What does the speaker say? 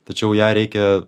tačiau ją reikia